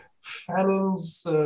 Fannin's